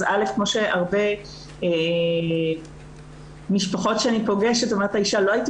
אז כמו שבהרבה משפחות שאני פוגשת אומרת האישה: לא הייתי